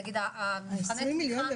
נגיד מבחני התמיכה.